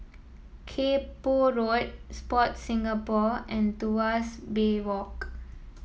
Kay Poh Road Sport Singapore and Tuas Bay Walk